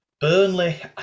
Burnley